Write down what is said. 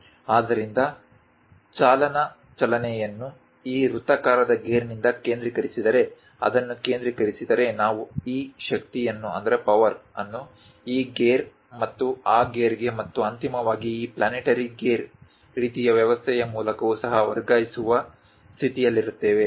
ಆದ್ದರಿಂದ ಚಾಲನಾ ಚಲನೆಯನ್ನು ಈ ವೃತ್ತಾಕಾರದ ಗೇರ್ನಿಂದ ಕೇಂದ್ರೀಕರಿಸಿದ್ದರೆ ಅದನ್ನು ಕೇಂದ್ರೀಕರಿಸಿದ್ದರೆ ನಾವು ಈ ಶಕ್ತಿಯನ್ನು ಈ ಗೇರ್ ಮತ್ತು ಆ ಗೇರ್ಗೆ ಮತ್ತು ಅಂತಿಮವಾಗಿ ಈ ಪ್ಲಾನೆಟರಿ ಗೇರ್ ರೀತಿಯ ವ್ಯವಸ್ಥೆಯ ಮೂಲಕವೂ ಸಹ ವರ್ಗಾಯಿಸುವ ಸ್ಥಿತಿಯಲ್ಲಿರುತ್ತೇವೆ